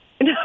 No